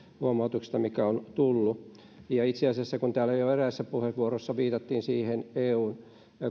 huomautuksesta mikä on tullut ja itse asiassa kun täällä jo jo eräässä puheenvuorossa viitattiin siihen eu